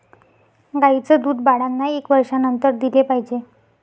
गाईचं दूध बाळांना एका वर्षानंतर दिले पाहिजे